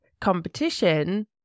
competition